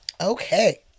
Okay